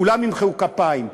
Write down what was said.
כולם ימחאו כפיים.